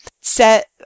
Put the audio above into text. set